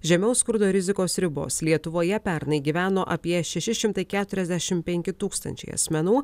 žemiau skurdo rizikos ribos lietuvoje pernai gyveno apie šeši šimtai keturiasdešimt penki tūkstančiai asmenų